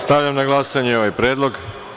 Stavljam na glasanje ovaj predlog.